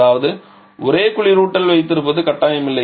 அதாவது ஒரே குளிரூட்டல் வைத்திருப்பது கட்டாயமில்லை